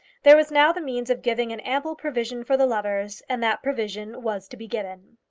there was now the means of giving an ample provision for the lovers, and that provision was to be given.